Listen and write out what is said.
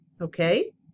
Okay